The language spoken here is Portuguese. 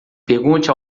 pergunte